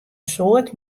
soad